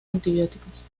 antibióticos